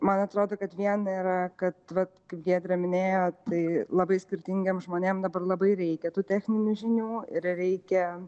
man atrodo kad viena yra kad vat kaip giedrė minėjo tai labai skirtingiem žmonėm dabar labai reikia tų techninių žinių ir reikia